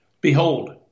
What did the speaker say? Behold